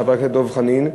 חבר הכנסת דב חנין,